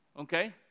Okay